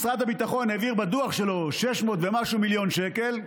משרד הביטחון העביר בדוח שלו 600 מיליון שקל,